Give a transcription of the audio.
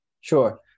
Sure